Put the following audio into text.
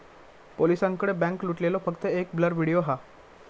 पोलिसांकडे बॅन्क लुटलेलो फक्त एक ब्लर व्हिडिओ हा